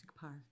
Park